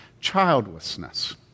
childlessness